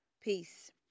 Peace